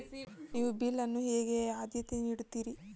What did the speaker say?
ನೀವು ಬಿಲ್ ಅನ್ನು ಹೇಗೆ ಆದ್ಯತೆ ನೀಡುತ್ತೀರಿ?